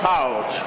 out